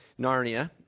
Narnia